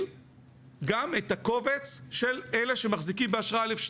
גם את הקובץ של אלה שמחזיקים באשרה א.2,